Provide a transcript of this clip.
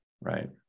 right